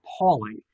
appalling